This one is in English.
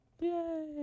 yay